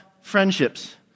friendships